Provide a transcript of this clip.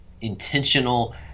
intentional